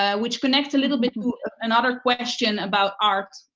ah which connects a little bit to another question about art,